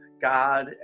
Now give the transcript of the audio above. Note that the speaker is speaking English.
God